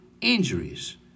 injuries